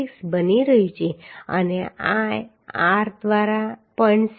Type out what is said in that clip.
76 બની રહ્યું છે અને આ r દ્વારા 0